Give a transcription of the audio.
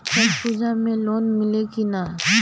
छठ पूजा मे लोन मिली की ना?